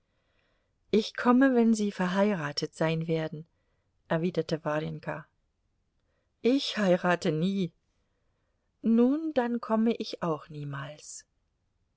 ich komme wenn sie verheiratet sein werden erwiderte warjenka ich heirate nie nun dann komme ich auch niemals